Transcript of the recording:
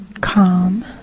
calm